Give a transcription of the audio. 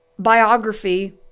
biography